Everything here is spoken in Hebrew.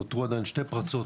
נותרו עדיין 2 פרצות